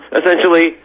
essentially